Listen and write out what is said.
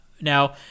now